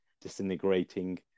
disintegrating